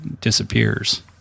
disappears